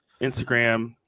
instagram